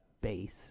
base